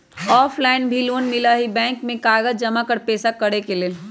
Offline भी loan मिलहई bank में कागज जमाकर पेशा करेके लेल?